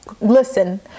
Listen